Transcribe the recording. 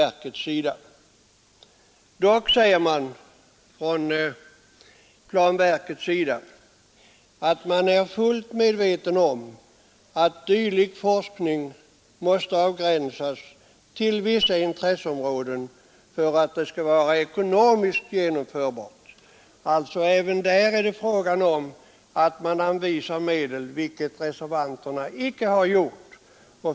Dock säger man från planverkets sida att man är fullt medveten om att dylik forskning måste avgränsas till vissa intresseområden för att den skall vara ekonomiskt genomförbar. Även här är det alltså fråga om att anvisa medel, vilket reservanterna icke har gjort.